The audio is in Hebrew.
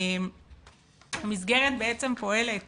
המסגרת פועלת